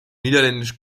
niederländisch